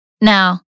Now